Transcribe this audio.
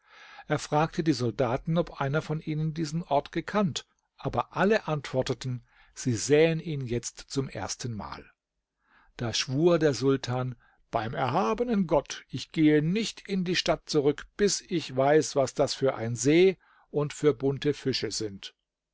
er fragte die soldaten ob einer von ihnen diesen ort gekannt aber alle antworteten sie sähen ihn jetzt zum erstenmal da schwur der sultan beim erhabenen gott ich gehe nicht in die stadt zurück bis ich weiß was das für ein see und für bunte fische sind